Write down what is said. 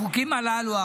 החוקים הללו,